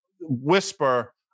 whisper